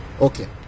Okay